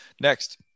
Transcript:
Next